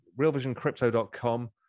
realvisioncrypto.com